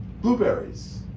blueberries